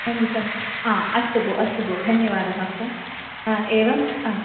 पञ्चसहस्रम् अस्तु भोः अस्तु भोः धन्यवादः भोः एवं हा